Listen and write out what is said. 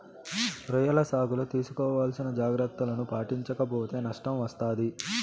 రొయ్యల సాగులో తీసుకోవాల్సిన జాగ్రత్తలను పాటించక పోతే నష్టం వస్తాది